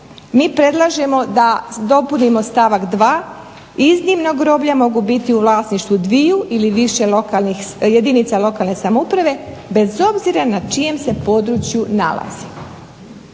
mi predlažemo da dopunimo stavak 2. iznimno groblja mogu biti u vlasništvu dviju ili više jedinica lokalne samouprave bez obzira na čijem se području nalaze.